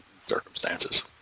circumstances